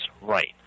right